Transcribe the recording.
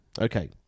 Okay